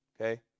okay